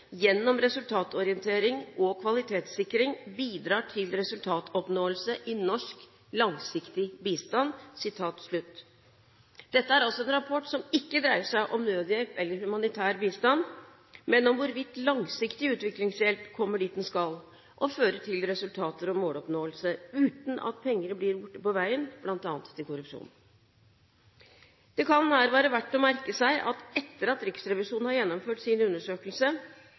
gjennom resultatorientering og kvalitetssikring bidrar til resultatoppnåelse i norsk langsiktig bistand.» Dette er altså en rapport som ikke dreier seg om nødhjelp eller humanitær bistand, men om hvorvidt langsiktig utviklingshjelp kommer dit den skal – og fører til resultater og måloppnåelse, uten at penger blir borte på veien, bl.a. til korrupsjon. Det kan her være verdt å merke seg at etter at Riksrevisjonen har gjennomført sin undersøkelse,